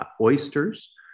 oysters